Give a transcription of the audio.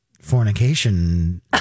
fornication